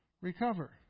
recover